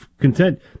content